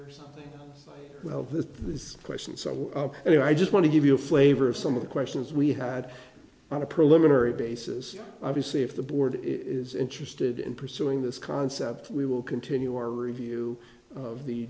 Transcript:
this is a question so i just want to give you a flavor of some of the questions we had on a preliminary basis obviously if the board is interested in pursuing this concept we will continue our review of the